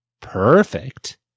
perfect